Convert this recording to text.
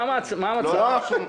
מה המצב?